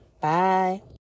Bye